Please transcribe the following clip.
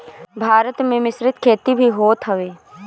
भारत में मिश्रित खेती भी होत हवे